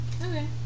Okay